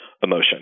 emotion